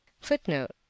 Footnote